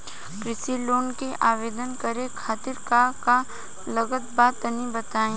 कृषि लोन के आवेदन करे खातिर का का लागत बा तनि बताई?